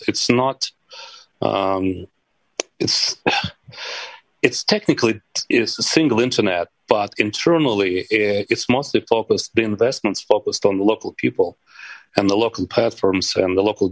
it's not it's it's technically is the single internet but internally it's mostly focused investments focused on local people and the local platforms and the local